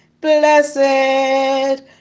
blessed